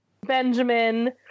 Benjamin